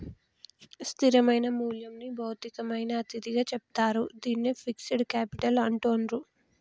స్థిరమైన మూల్యంని భౌతికమైన అతిథిగా చెప్తారు, దీన్నే ఫిక్స్డ్ కేపిటల్ అంటాండ్రు